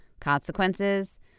consequences